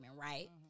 right